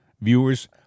viewers